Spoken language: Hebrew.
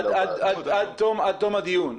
עד תום הדיון.